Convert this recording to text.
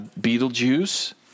Beetlejuice